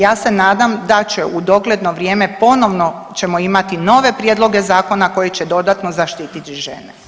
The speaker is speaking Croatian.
Ja se nadam da će u dogledno vrijeme ponovno ćemo imati nove prijedloge zakona koji će dodatno zaštititi žene.